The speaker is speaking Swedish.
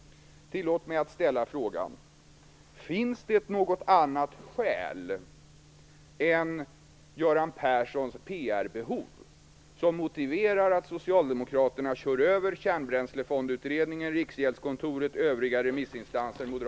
Tillåt mig att ställa frågan: Finns det något annat skäl än Göran Perssons PR-behov som motiverar att socialdemokraterna kör över Kärnbränslefondutredningen, Riksgäldskontoret, övriga remissinstanser,